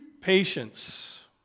Patience